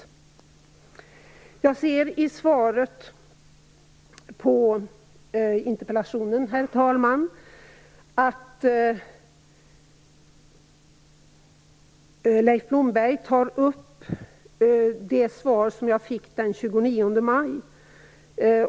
Herr talman! Jag ser i interpellationssvaret att Leif Blomberg tar upp det svar som jag fick den 29 maj.